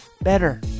better